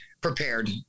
prepared